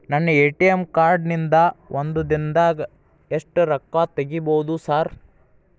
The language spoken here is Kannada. ನನ್ನ ಎ.ಟಿ.ಎಂ ಕಾರ್ಡ್ ನಿಂದಾ ಒಂದ್ ದಿಂದಾಗ ಎಷ್ಟ ರೊಕ್ಕಾ ತೆಗಿಬೋದು ಸಾರ್?